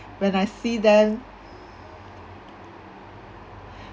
when I see them